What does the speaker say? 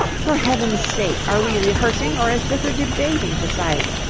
for heaven's sake! are we rehearsing, or is this a debating society?